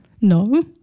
No